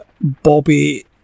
Bobby